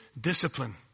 discipline